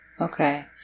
okay